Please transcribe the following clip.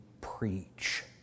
preach